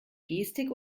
gestik